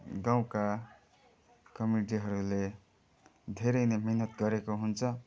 गाउँका कमिटीहरूले धेरै नै मेहनत गरेको हुन्छ